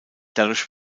dadurch